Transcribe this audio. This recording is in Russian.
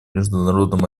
международным